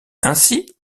ainsi